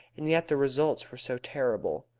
and yet the results were so terrible.